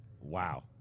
Wow